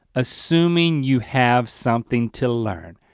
assuming you have something to learn.